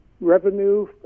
revenue